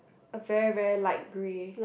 a very very light grey